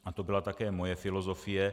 A to byla také moje filozofie.